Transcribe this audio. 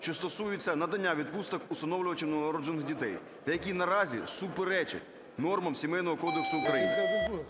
що стосуються надання відпусток усиновлювачам новонароджених дітей, які наразі суперечать нормам Сімейного кодексу України.